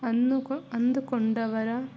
ಅಂದುಕೊ ಅಂದುಕೊಂಡವರ